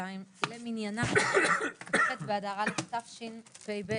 ה-1.03.2022 למניינם, כ"ח באדר א' תשפ"ב.